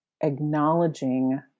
acknowledging